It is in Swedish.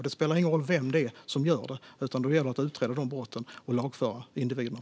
Det spelar ingen roll vem det är som gör det, utan det gäller att utreda de brotten och lagföra individerna.